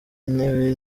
intebe